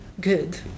good